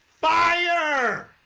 Fire